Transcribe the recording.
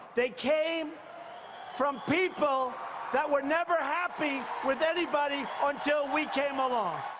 they came from people that were never happy with anybody until we came along.